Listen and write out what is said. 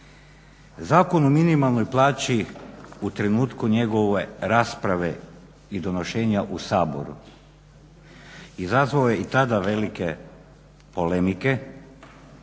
Zakon o minimalnoj plaći u trenutku njegove rasprave i donošenja u Saboru izazvao je i tada velike polemike,